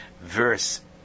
verse